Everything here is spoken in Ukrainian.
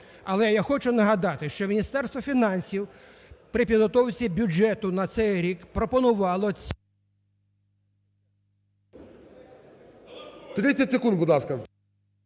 але я хочу нагадати, що Міністерство фінансів при підготовці бюджету на цей рік пропонувало… ГОЛОВУЮЧИЙ. 30 секунд, будь ласка.